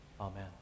Amen